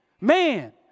man